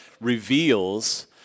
reveals